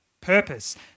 purpose